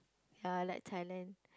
ya like Thailand